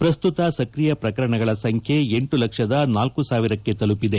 ಪ್ರಸ್ತುತ ಸಕ್ರಿಯ ಪ್ರಕರಣಗಳ ಸಂಖ್ಯೆ ಎಂಟು ಲಕ್ಷ ನಾಲ್ಕು ಸಾವಿರಕ್ಕೆ ತಲುಪಿದೆ